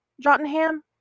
Jotunheim